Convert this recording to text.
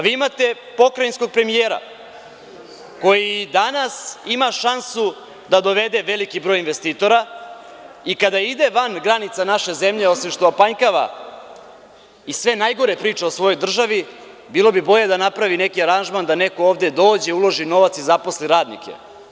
Vi imate pokrajinskog premijera koji danas ima šansu da dovede veliki broj investitora i kada ide van granica naše zemlje, osim što opanjkava i sve najgore priča o svojoj državi, bilo bi bolje da napravi neki aranžman da neko ovde dođe, uloži novac i zaposli radnike.